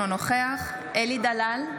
אינו נוכח אלי דלל,